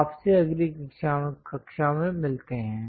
आपसे अगली कक्षा में मिलते हैं